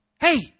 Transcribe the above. hey